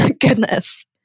Goodness